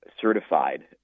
certified